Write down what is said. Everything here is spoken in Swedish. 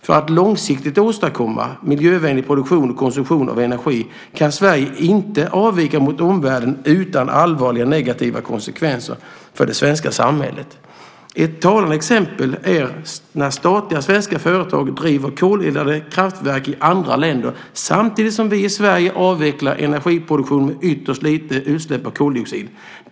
För att långsiktigt åstadkomma miljövänlig produktion och konsumtion av energi kan Sverige inte avvika från omvärlden utan allvarliga negativa konsekvenser för det svenska samhället. Ett talande exempel är när statliga svenska företag driver koleldade kraftverk i andra länder samtidigt som vi i Sverige avvecklar energiproduktion med ytterst lite utsläpp av koldioxid.